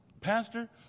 Pastor